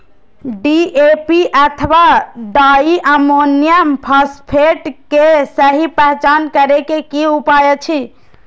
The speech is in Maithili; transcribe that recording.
डी.ए.पी अथवा डाई अमोनियम फॉसफेट के सहि पहचान करे के कि उपाय अछि?